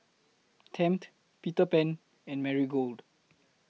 Tempt Peter Pan and Marigold